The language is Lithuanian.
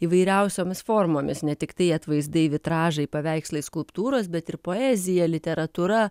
įvairiausiomis formomis ne tiktai atvaizdai vitražai paveikslai skulptūros bet ir poezija literatūra